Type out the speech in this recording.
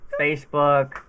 facebook